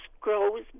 grows